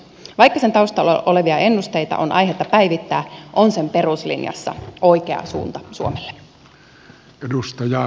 vaikka sen taustalla olevia ennusteita on aihetta päivittää on sen peruslinjassa oikea suunta suomelle